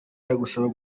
ndagusaba